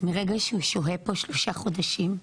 מרגע שהוא שוהה פה שלושה חודשים,